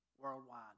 worldwide